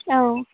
औ